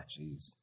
jeez